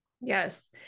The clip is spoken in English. Yes